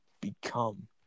become